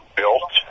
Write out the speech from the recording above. built